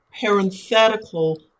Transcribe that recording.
parenthetical